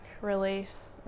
release